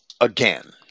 again